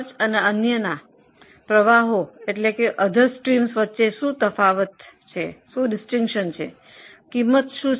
cost અને અન્ય accounting વિભાગો વચ્ચે શું અંતર છે